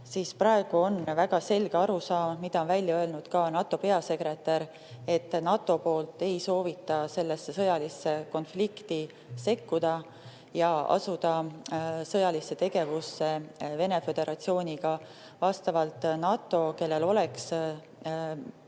siis praegu on väga selge arusaam, mida on välja öelnud ka NATO peasekretär, et NATO ei soovi sellesse sõjalisse konflikti sekkuda ega asuda sõjalisse tegevusse Venemaa Föderatsiooniga. Vastavalt NATO, kellel oleks